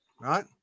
right